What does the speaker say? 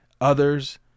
others